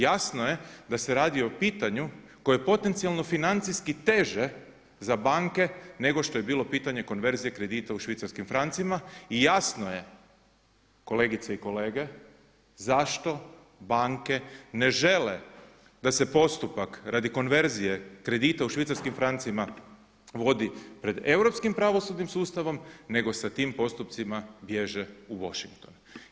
Jasno je da se radi o pitanju koje je potencijalno financijski teže za banke nego što je bilo pitanje konverzije kredita u švicarskim francima i jasno je kolegice i kolege zašto banke ne žele da se postupak radi konverzije kredita u švicarskim francima vodi pred Europskim pravosudnim sustavom nego sa tim postupcima bježe u Washington.